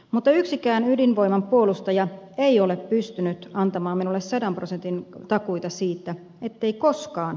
mutta yksikään ydinvoiman puolustaja ei ole pystynyt antamaan minulle sadan prosentin takuita siitä ettei koskaan